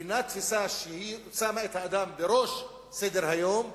אינה תפיסה ששמה את האדם בראש סדר-היום,